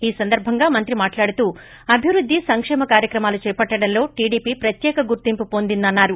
ఈ సందర్బంగా మంత్రి మాట్లాడుతూ అభివృద్ది సంకేమ కార్యక్రమాలు చేపట్టడంలో టీడీపీ ప్రత్యేక గుర్తింపు వొందిందని అన్నారు